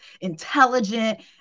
intelligent